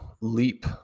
leap